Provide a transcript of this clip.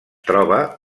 troba